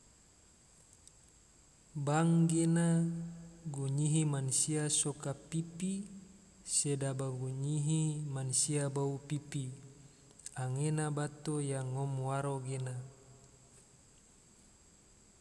Bank gena, gunyihi mansia soka pipi, sedaba gunyihi mansia bau pipi, anggena bato yang ngom waro gena